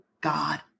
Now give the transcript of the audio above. God